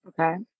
Okay